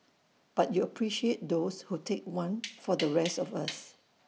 but you appreciate those who take one for the rest of us